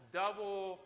double